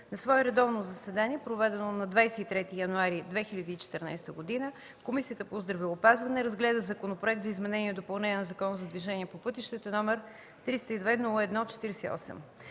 На свое редовно заседание, проведено на 23 януари 2014 г., Комисията по здравеопазване разгледа Законопроект за изменение и допълнение на Закона за движението по пътищата, № 302-01-48.